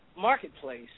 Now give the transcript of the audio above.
marketplace